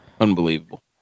Unbelievable